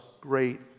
great